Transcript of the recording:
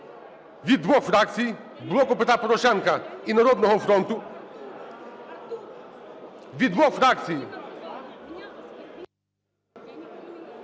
від двох фракцій: "Блоку Петра Порошенка" і "Народного фронту". Від двох фракцій.